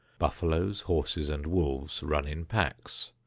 buffaloes, horses and wolves run in packs.